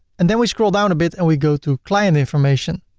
and then we scroll down a bit and we go to client information.